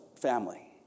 family